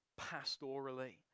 pastorally